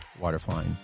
waterflying